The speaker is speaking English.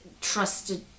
trusted